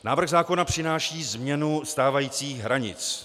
Návrh zákona přináší změnu stávajících hranic.